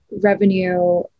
revenue